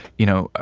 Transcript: you know,